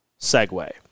segue